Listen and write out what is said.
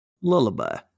Lullaby